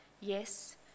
Yes